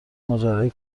ماجرای